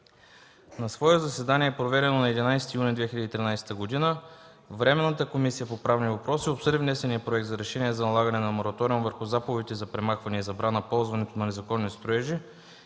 На свое заседание, проведено на 11 юни 2013 г., Временната комисия по правни въпроси обсъди внесения Проект за решение за налагане на мораториум върху заповедите за премахване и забрана ползването на незаконни строежи,